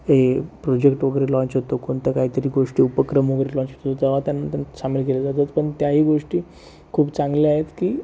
हे प्रोजेक्ट वगैरे लाँच होतो कोणत्या काहीतरी गोष्टी उपक्रम वगैरे लाँच होतो तेव्हा त्यां त्यात सामील केलं जातं पण त्याही गोष्टी खूप चांगल्या आहेत की